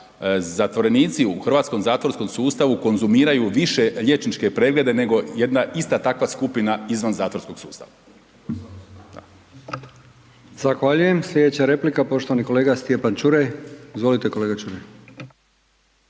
zatvorenici u hrvatskom zatvorskom sustavu konzumiraju više liječničke preglede nego jedna ista takva skupina izvan zatvorskog sustava. **Brkić, Milijan (HDZ)** Zahvaljujem. Sljedeća replika, poštovani kolega Stjepan Čuraj. Izvolite kolega Čuraj.